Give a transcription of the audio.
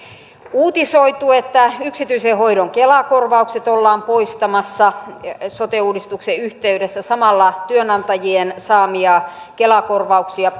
uutisoitu että yksityisen hoidon kela korvaukset ollaan poistamassa sote uudistuksen yhteydessä samalla työnantajien saamia kela korvauksia